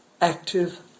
active